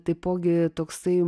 taipogi toksai